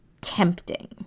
tempting